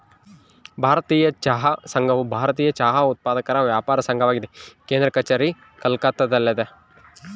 ಭಾರತೀಯ ಚಹಾ ಸಂಘವು ಭಾರತೀಯ ಚಹಾ ಉತ್ಪಾದಕರ ವ್ಯಾಪಾರ ಸಂಘವಾಗಿದೆ ಕೇಂದ್ರ ಕಛೇರಿ ಕೋಲ್ಕತ್ತಾದಲ್ಯಾದ